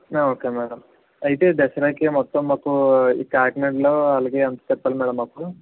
okay madam అయితే దసరాకి మొత్తం మాకు ఈ కాకినాడలో అలాగే ఎంత చెప్పాలి మ్యాడం మాకు